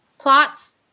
plots